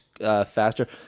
faster